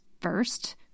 first